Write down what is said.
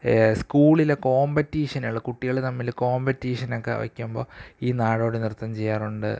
സ്കൂളിലെ കോമ്പറ്റിഷനുകൾ കുട്ടികൾ തമ്മിൽ കോമ്പറ്റിഷനൊക്കെ വയ്ക്കുമ്പോൾ ഈ നാടോടിനൃത്തം ചെയ്യാറുണ്ട്